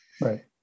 Right